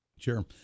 Sure